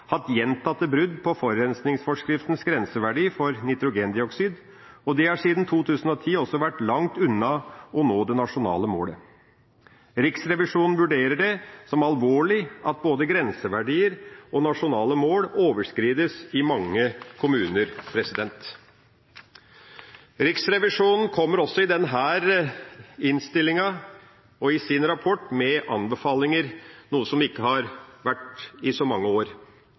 hatt gjentatte brudd på forurensningsforskriftens grenseverdi for nitrogendioksid, og de har siden 2010 også vært langt unna å nå det nasjonale målet. Riksrevisjonen vurderer det som alvorlig at både grenseverdier og nasjonale mål overskrides i mange kommuner. Riksrevisjonen kommer også i denne innstillinga og i sin rapport med anbefalinger, noe som ikke har vært i så mange år.